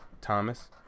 Thomas